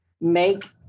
make